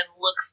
look